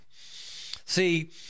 See